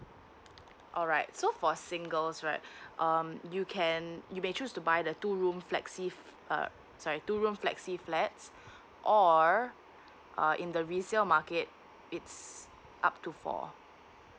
alright so for singles right um you can you may choose to buy the two room flexi um sorry two room flexi flats or uh in the resale market it's up to four